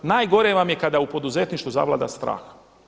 Najgore vam je kada u poduzetništvu zavlada strah.